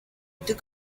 took